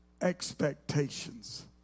expectations